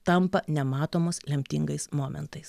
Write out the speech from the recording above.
tampa nematomos lemtingais momentais